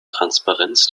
transparenz